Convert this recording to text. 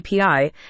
API